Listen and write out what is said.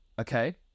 okay